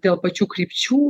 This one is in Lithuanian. dėl pačių krypčių